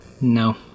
No